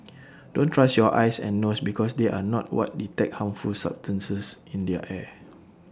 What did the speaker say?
don't trust your eyes and nose because they are not what detect harmful substances in the air